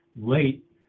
late